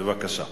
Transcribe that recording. בבקשה.